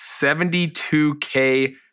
72K